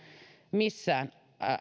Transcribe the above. missään jos